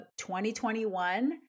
2021